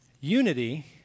Unity